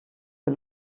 für